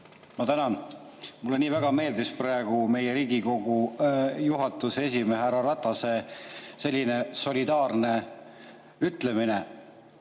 Ma tänan! Mulle nii väga meeldis praegu meie Riigikogu juhatuse esimehe härra Ratase selline solidaarne ütlemine: